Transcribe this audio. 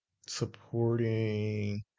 supporting